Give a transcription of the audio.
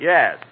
Yes